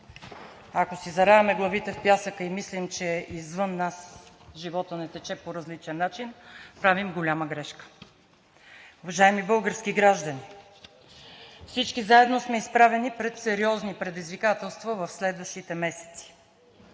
Ако си заравяме главите в пясъка и мислим, че извън нас животът не тече по различен начин – правим голяма грешка. Уважаеми български граждани, всички заедно сме изправени пред сериозни предизвикателства в следващите месеци